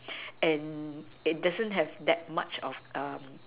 and it doesn't have that much of um